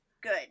good